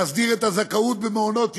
להסדיר את הזכאות במעונות יום,